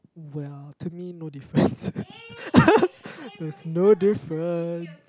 well to me no difference there's no difference